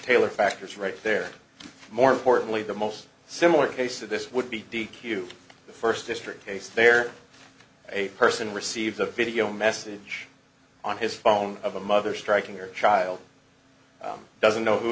taylor factors right there more importantly the most similar case of this would be d q the first district case there a person receives a video message on his phone of a mother striking your child doesn't know who